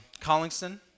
Collingston